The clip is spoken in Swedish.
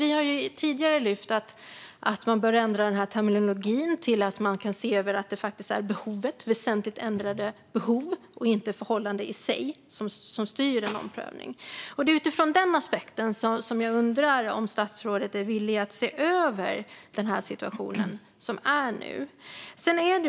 Vi har tidigare lyft fram frågan att man bör ändra terminologin till att man ser till att det är väsentligt förändrade behov och inte till förhållanden i sig som styr en omprövning. Det är utifrån den aspekten som jag undrar om statsrådet är villig att se över den situation som nu är.